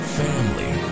family